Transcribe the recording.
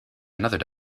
another